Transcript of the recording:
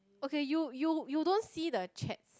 okay you you you don't see the chat